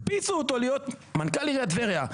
הקפיצו אותו להיות מנכ"ל עיריית טבריה.